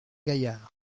gaillard